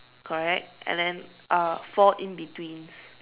correct and then uh four in between